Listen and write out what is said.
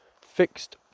fixed